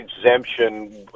exemption